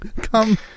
Come